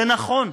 זה נכון.